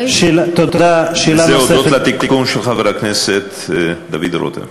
וזה הודות לתיקון של חבר הכנסת דוד רותם.